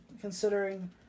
considering